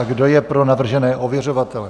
Kdo je pro navržené ověřovatele?